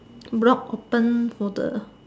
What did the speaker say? block open for the